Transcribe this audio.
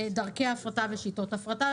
דרכי ההפרטה ושיטות הפרטה.